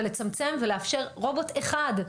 לצמצם ולאפשר רובוט אחד.